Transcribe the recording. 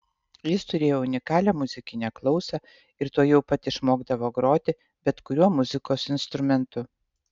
jis turėjo unikalią muzikinę klausą ir tuojau pat išmokdavo groti bet kuriuo muzikos instrumentu